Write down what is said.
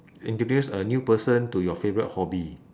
introduce a new person to your favourite hobby